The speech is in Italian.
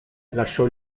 lasciò